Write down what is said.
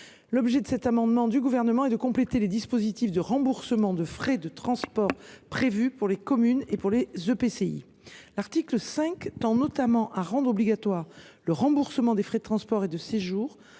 déléguée. Cet amendement vise à compléter les dispositifs de remboursement de frais de transport prévus pour les communes et pour les EPCI. L’article 5 tend notamment à rendre obligatoire le remboursement des frais de transport et de séjour